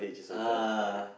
uh